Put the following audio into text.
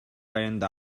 айында